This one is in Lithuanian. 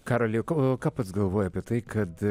karoli o ko o ką pats galvoji apie tai kad